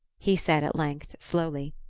he said at length, slowly.